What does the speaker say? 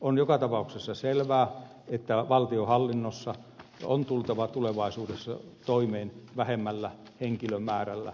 on joka tapauksessa selvää että valtionhallinnossa on tultava tulevaisuudessa toimeen vähemmällä henkilömäärällä